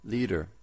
Leader